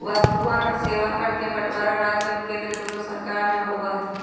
वस्तुअन और सेवा कर के बंटवारा राज्य और केंद्र दुन्नो सरकार में होबा हई